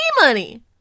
money